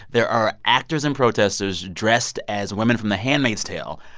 there are actors and protesters dressed as women from the handmaid's tale.